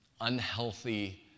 unhealthy